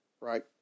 right